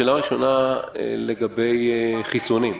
שאלה ראשונה היא לגבי חיסונים.